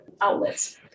outlets